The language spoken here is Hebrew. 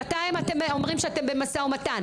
שנתיים אתם אומרים שאתם במשא-ומתן.